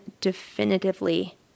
definitively